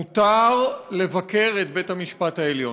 מותר לבקר את בית-המשפט העליון.